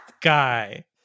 guy